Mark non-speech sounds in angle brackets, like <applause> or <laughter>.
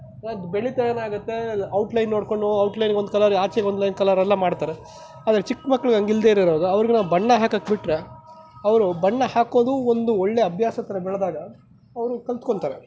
ಅದು ಬೆಳೀತಾ ಏನಾಗುತ್ತೆ ಅದು ಔಟ್ ಲೈನ್ ನೋಡ್ಕೊಂಡು ಔಟ್ ಲೈನ್ಗೊಂದು ಕಲರ್ ಆಚೆಗೆ ಒಂದು ಲೈನ್ ಕಲರೆಲ್ಲ ಮಾಡ್ತಾರೆ ಆದರೆ ಚಿಕ್ಕ ಮಕ್ಕಳು ಹಾಗಿಲ್ದೆ <unintelligible> ಅವ್ರಿಗೆ ನಾವು ಬಣ್ಣ ಹಾಕೋಕೆ ಬಿಟ್ರೆ ಅವರು ಬಣ್ಣ ಹಾಕೋದು ಒಂದು ಒಳ್ಳೆ ಅಭ್ಯಾಸ ಥರ ಬೆಳ್ದಾಗ ಅವರು ಕಲ್ತ್ಕೋತಾರೆ